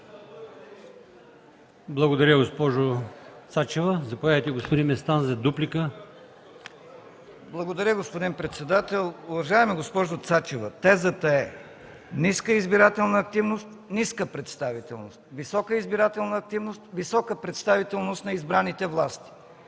Благодаря, госпожо Цачева. Заповядайте за дуплика, господин Местан. ЛЮТВИ МЕСТАН (ДПС): Благодаря, господин председател. Уважаема госпожо Цачева, тезата е: ниска избирателна активност, ниска представителност – висока избирателна активност, висока представителност на избраните власти.